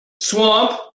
Swamp